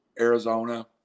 Arizona